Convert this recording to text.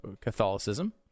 Catholicism